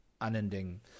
unending